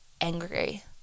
angry